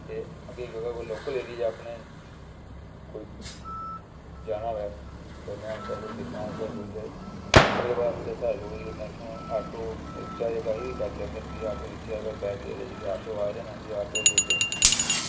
ते अगर कोई लोकल एरिया अपने कोई जाना होऐ ते कन्नै कोई दिक्खने आस्तै कोई ते ओह्दे बाद साढ़े जेह्के मैक्सीमम ऑटो ई रिक्शा करी लैंदे न ते जेह्के बैटरी आह्ले ऑटो आए दे न एह्बी फायदेमंद लोकें गी होई दे न